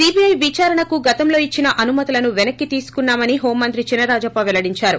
CBI విచారణకు గతంలో ఇచ్చిన అనుమతులను పెనక్కి తీసుకున్నా మని హోంమంత్రి చినరాజప్ప పెల్లడించారు